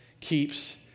keeps